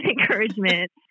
encouragement